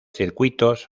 circuitos